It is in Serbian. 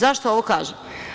Zašto ovo kažem?